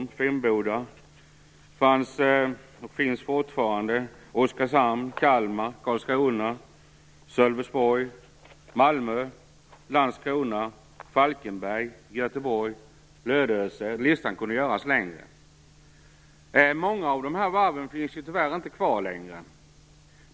Det fanns och finns i viss mån fortfarande varv i Oskarshamn, Kalmar, Karlskrona, Sölvesborg, Malmö, Landskrona, Falkenberg, Göteborg, Lödöse och listan kunde göras längre. Många av dessa varv finns tyvärr inte längre kvar.